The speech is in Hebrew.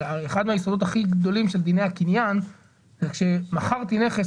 הרי אחד היסודות הכי גדולים של דיני הקניין הוא כשמכרתי נכס,